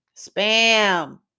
Spam